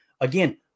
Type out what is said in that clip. again